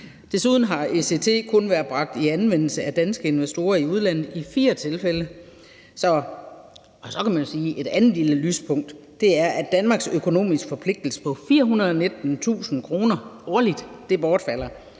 Desuden har ECT kun været bragt i anvendelse af danske investorer i udlandet i fire tilfælde. Og så kan man sige, at et andet lille lyspunkt er, at Danmarks økonomiske forpligtelse på 419.000 kr. årligt bortfalder,